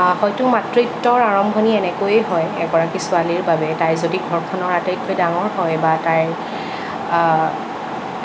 হয়তো মাতৃত্বৰ আৰম্ভণি এনেকৈয়ে হয় এগৰাকী ছোৱালীৰ বাবে তাই যদি ঘৰখনৰ আটাইতকৈ ডাঙৰ হয় বা তাইৰ